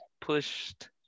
pushed